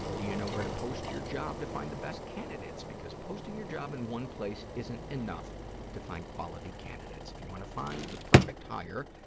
do you know where to post your job to find the best candidates, because posting your job in once place isn't enough to find quality candidates. if you want to find the perfect hire,